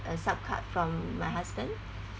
a sup card from my husband